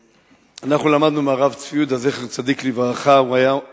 אנחנו למדנו מהרב צבי יהודה זצ"ל שהיה אומר